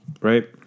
right